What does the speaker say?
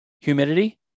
humidity